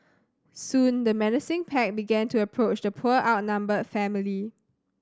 soon the menacing pack began to approach the poor outnumbered family